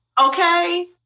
Okay